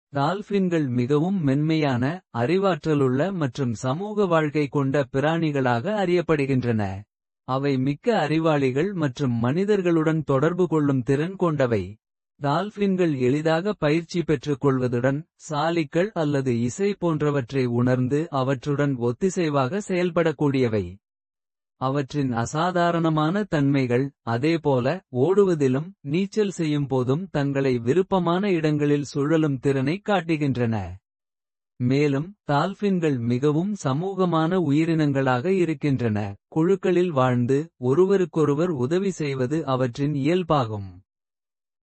டால்ஃபின்கள் மிகவும் மென்மையான அறிவாற்றலுள்ள. மற்றும் சமூக வாழ்கை கொண்ட பிராணிகளாக அறியப்படுகின்ற. அவை மிக்க அறிவாளிகள் மற்றும் மனிதர்களுடன். தொடர்பு கொள்ளும் திறன் கொண்டவை டால்ஃபின்கள். எளிதாக பயிற்சி பெற்றுக் கொள்வதுடன் சாலிக்கள் அல்லது. இசை போன்றவற்றை உணர்ந்து அவற்றுடன் ஒத்திசைவாக. செயல்படக்கூடியவை அவற்றின் அசாதாரணமான தன்மைகள். அதேபோல ஓடுவதிலும் நீச்சல் செய்யும்போதும் தங்களை. விருப்பமான இடங்களில் சுழலும் திறனைக் காட்டுகின்றன. மேலும் டால்ஃபின்கள் மிகவும் சமூகமான உயிரினங்களாக. இருக்கின்றன குழுக்களில் வாழ்ந்து. ஒருவருக்கொருவர் உதவி செய்வது அவற்றின் இயல்பாகும்.